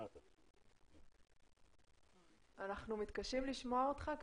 לכן אני רואה שלתקוע אותנו בחוק לחמש שנים זה קצת יותר מדי.